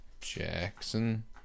Jackson